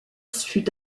fut